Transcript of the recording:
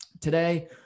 Today